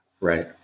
Right